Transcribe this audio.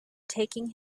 taking